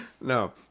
No